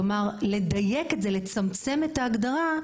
כלומר, לדייק את זה, לצמצם את ההגדרה.